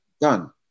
done